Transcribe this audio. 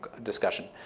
ah discussion